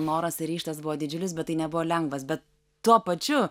noras ar ryžtas buvo didžiulis bet tai nebuvo lengvas bet tuo pačiu